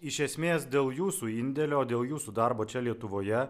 iš esmės dėl jūsų indėlio dėl jūsų darbo čia lietuvoje